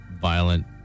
Violent